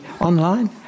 online